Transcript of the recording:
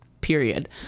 period